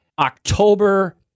October